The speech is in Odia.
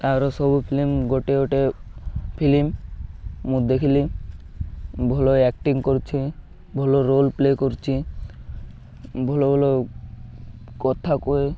ତା'ର ସବୁ ଫିଲିମ୍ ଗୋଟେ ଗୋଟେ ଫିଲିମ୍ ମୁଁ ଦେଖିଲି ଭଲ ଆକ୍ଟିଂ କରୁଛି ଭଲ ରୋଲ୍ ପ୍ଲେ କରୁଛି ଭଲ ଭଲ କଥା କୁହେ